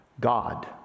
God